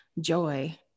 joy